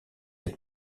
être